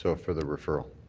so for the referral.